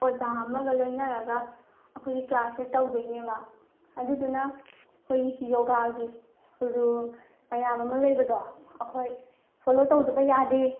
ꯑꯣꯖꯥ ꯑꯃꯒ ꯂꯣꯏꯅꯔꯒ ꯑꯩꯈꯣꯏꯒꯤ ꯀ꯭ꯂꯥꯁꯁꯦ ꯇꯧꯗꯣꯏꯅꯦꯕ ꯑꯗꯨꯗꯨꯅ ꯑꯩꯈꯣꯏ ꯌꯣꯒꯥꯒꯤ ꯔꯨꯜ ꯃꯌꯥꯝ ꯑꯃ ꯂꯩꯕꯗꯣ ꯑꯩꯈꯣꯏ ꯐꯣꯂꯣ ꯇꯧꯗꯕ ꯌꯥꯗꯦ